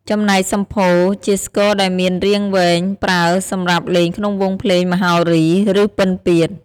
ចំណែកសំភោរ ជាស្គរដែលមានរាងវែង ប្រើសម្រាប់លេងក្នុងវង់ភ្លេងមហោរី ឬពិណពាទ្យ។